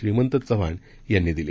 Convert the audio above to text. श्रीमंत चव्हाण यांनी दिली